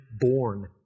born